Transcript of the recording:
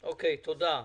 תודה.